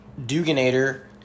Duganator